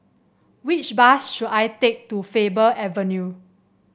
which bus should I take to Faber Avenue